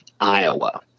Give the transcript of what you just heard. Iowa